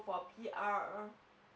for P_R